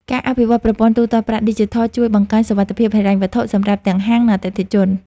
ការអភិវឌ្ឍប្រព័ន្ធទូទាត់ប្រាក់ឌីជីថលជួយបង្កើនសុវត្ថិភាពហិរញ្ញវត្ថុសម្រាប់ទាំងហាង និងអតិថិជន។